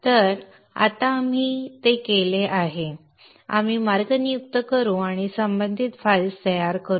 तर आता आपण ते केले आहे आपण मार्ग नियुक्त करू आणि संबंधित फाइल्स तयार करू